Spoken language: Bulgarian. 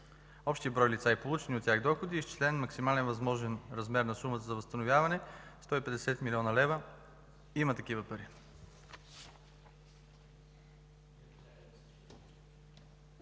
общия брой лица и получените от тях доходи е изчислен максимално възможният размер на сумата за възстановяване – 150 млн. лв. Има такива пари.